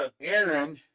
Aaron